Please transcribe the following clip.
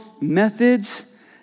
methods